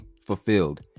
fulfilled